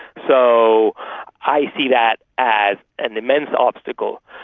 so i see that as an immense obstacle.